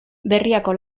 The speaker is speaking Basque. berriako